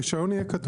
ברישיון יהיה כתוב.